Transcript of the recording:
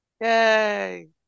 Yay